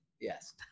Yes